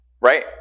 right